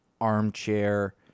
armchair